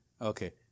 Okay